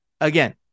Again